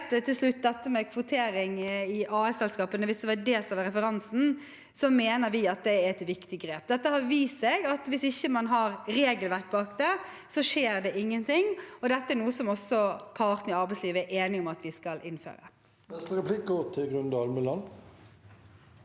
til slutt til dette med kvotering i AS-selskapene, hvis det var det som var referansen: Vi mener at det er et viktig grep. Det har vist seg at hvis man ikke har et regelverk bak det, skjer det ingenting. Dette er også noe partene i arbeidslivet er enige om at vi skal innføre. Grunde Almeland